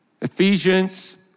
Ephesians